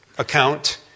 account